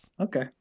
Okay